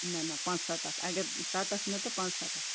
نہ نہ پانٛژھ سَتَتھ اگر سَتَتھ نہٕ تہٕ پانٛژھ سَتَتھ